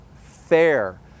fair